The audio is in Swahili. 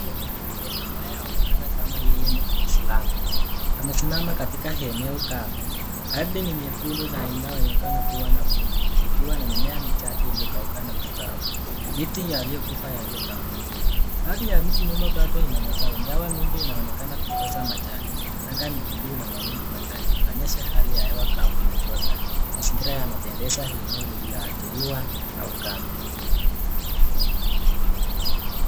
Ni mwanamke ambaye anaonekana kama yeye ni Muislamu. Amesimama katika eneo kame. Ardhi ni nyekundu na inaonekana kuwa na vumbi, ikiwa na mimea michache iliyokauka na matawi. Miti iliyokufa iliyotawanyika. Baadhi ya miti nyuma bado ina matawi, ingawa mingi inaonekana kukosa majani. Anga ni buluu na mawingu machache, ikionyesha hali ya hewa kavu na jua kali. Mazingira yanabendeza eneo lililoadhiriwa na ukame.